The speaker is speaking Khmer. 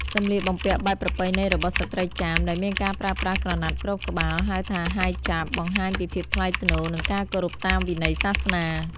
សម្លៀកបំពាក់បែបប្រពៃណីរបស់ស្ត្រីចាម ដែលមានការប្រើប្រាស់ក្រណាត់គ្របក្បាល ហៅថា Hijab បង្ហាញពីភាពថ្លៃថ្នូរ និងការគោរពតាមវិន័យសាសនា។